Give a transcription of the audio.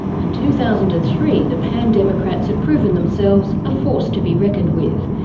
in two thousand and three, the pan-democrats had proven themselves a force to be reckoned with.